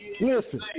Listen